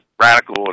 radical